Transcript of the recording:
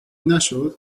نشد